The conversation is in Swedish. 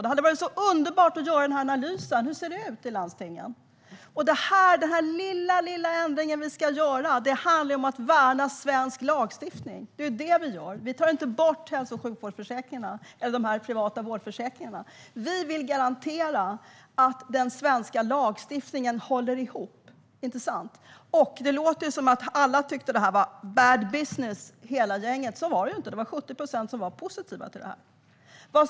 Det hade varit så underbart att göra den här analysen av hur det ser ut i landstingen. Den lilla ändring vi ska göra handlar om att värna svensk lagstiftning. Det är ju det vi gör. Vi tar inte bort de privata vårdförsäkringarna. Vi vill garantera att den svenska lagstiftningen håller ihop. Det låter som att alla, hela gänget, tyckte att detta var bad business, men så var det inte; 70 procent var positiva till detta.